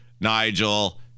Nigel